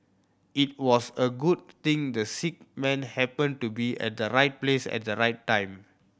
it was a good thing the sick man happened to be at the right place at the right time